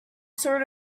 sort